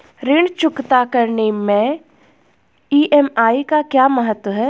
ऋण चुकता करने मैं ई.एम.आई का क्या महत्व है?